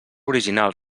original